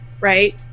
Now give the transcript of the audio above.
right